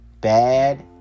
Bad